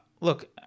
Look